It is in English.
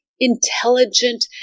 intelligent